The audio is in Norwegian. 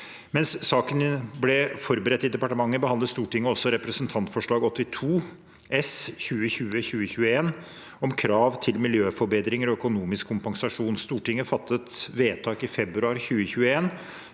Mens saken ble forberedt i departementet, behandlet Stortinget også Representantforslag 82 S for 2020– 2021 om krav til miljøforbedringer og økonomisk kompensasjon. Stortinget fattet vedtak i februar 2021,